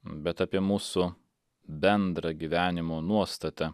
bet apie mūsų bendrą gyvenimo nuostatą